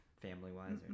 family-wise